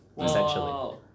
essentially